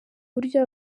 buryo